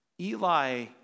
Eli